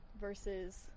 versus